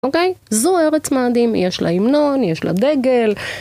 אוקיי? זו ארץ מאדים, יש לה המנון, יש לה דגל.